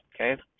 Okay